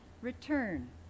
return